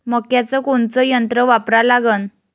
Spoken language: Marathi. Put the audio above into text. मक्याचं कोनचं यंत्र वापरा लागन?